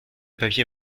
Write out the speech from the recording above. papier